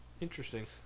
Interesting